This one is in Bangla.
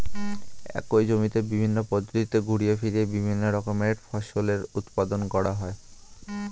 একই জমিতে বিভিন্ন পদ্ধতিতে ঘুরিয়ে ফিরিয়ে বিভিন্ন রকমের ফসলের উৎপাদন করা হয়